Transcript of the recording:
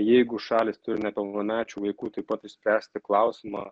jeigu šalys turi nepilnamečių vaikų taip pat išspręsti klausimą